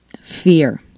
fear